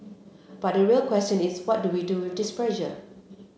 but the real question is what do we do this pressure